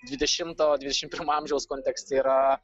dvidešimto dvidešim pirmo amžiaus kontekste yra